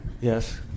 yes